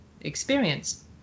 experience